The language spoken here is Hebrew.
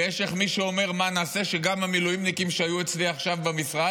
ויש מי שאומר: מה נעשה כדי שגם המילואימניקים שהיו אצלי עכשיו במשרד,